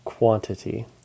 quantity